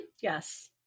Yes